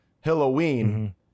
Halloween